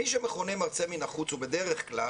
מי שמכונה "מרצה מן החוץ" הוא בדרך כלל,